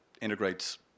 integrates